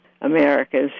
America's